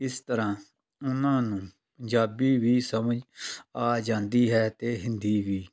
ਇਸ ਤਰ੍ਹਾਂ ਉਹਨਾਂ ਨੂੰ ਪੰਜਾਬੀ ਵੀ ਸਮਝ ਆ ਜਾਂਦੀ ਹੈ ਅਤੇ ਹਿੰਦੀ ਵੀ